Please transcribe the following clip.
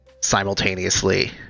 simultaneously